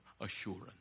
assurance